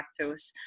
lactose